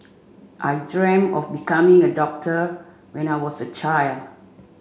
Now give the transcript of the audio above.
I dreamt of becoming a doctor when I was a child